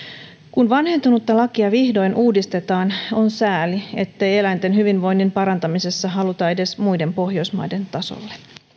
kun vanhentunutta lakia vihdoin uudistetaan on sääli ettei eläinten hyvinvoinnin parantamisessa haluta edes muiden pohjoismaiden tasolle